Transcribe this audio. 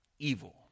evil